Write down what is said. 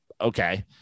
okay